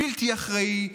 בלתי אחראי,